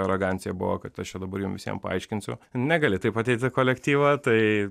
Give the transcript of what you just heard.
arogancija buvo kad aš čia dabar jum visiem paaiškinsiu negali taip ateiti į kolektyvą tai